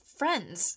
friends